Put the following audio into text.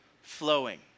flowing